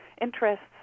interests